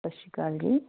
ਸਤਿ ਸ਼੍ਰੀ ਅਕਾਲ ਜੀ